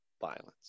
violence